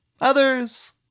others